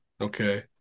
Okay